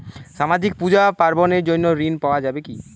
সামাজিক পূজা পার্বণ এর জন্য ঋণ পাওয়া যাবে কি?